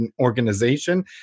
organization